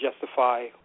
justify